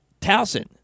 Towson